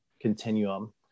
continuum